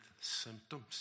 symptoms